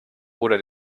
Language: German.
oder